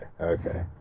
okay